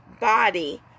body